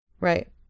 Right